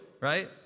right